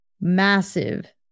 massive